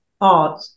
art